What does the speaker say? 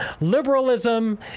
Liberalism